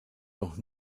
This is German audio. doch